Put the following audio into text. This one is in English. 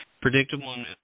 Predictable